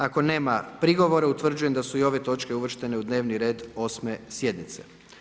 Ako nema prigovora, utvrđujem da su i ove točke uvrštene u dnevni red 8. sjednice.